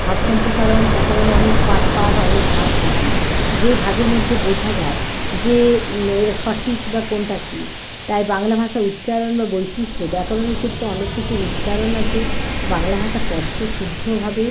ভাব সম্প্রসারণ ব্যাকরণের অনেক পার্ট পার্ট অনেক ভাগ থাকে যে ভাগের মধ্যে বোঝা যায় যে এ সঠিক বা কোনটা কী তাই বাংলা ভাষা উচ্চারণ বা বৈশিষ্ট্য ব্যাকরণের ক্ষেত্রে অনেক কিছু উচ্চারণ আছে বাংলা ভাষা স্পষ্ট শুদ্ধভাবে